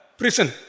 prison